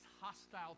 hostile